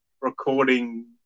recording